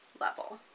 level